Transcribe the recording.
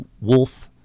wolf